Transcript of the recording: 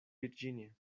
virginia